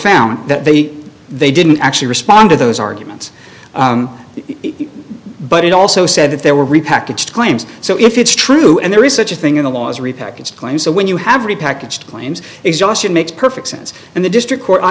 found that they they didn't actually respond to those arguments but it also said that there were repackaged claims so if it's true and there is such a thing in the law as repackaged claims so when you have repackaged claims exhaustion makes perfect sense and the district court i